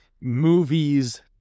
movies